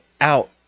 out